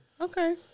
Okay